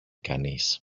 κανείς